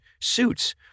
suits